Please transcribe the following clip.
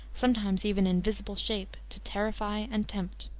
sometimes even in visible shape, to terrify and tempt.